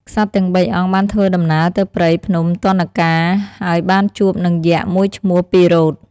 ក្សត្រទាំងបីអង្គបានធ្វើដំណើរទៅព្រៃភ្នំទណ្ឌការណ្យ ហើយបានជួបនឹងយក្សមួយឈ្មោះ ពិរោធ។